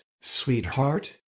sweetheart